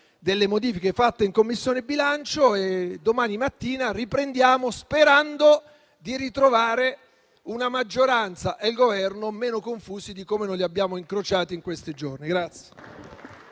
delle modifiche apportate in Commissione bilancio e domani mattina riprendiamo i lavori, sperando di ritrovare la maggioranza e il Governo meno confusi di come li abbiamo trovati in questi giorni.